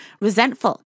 resentful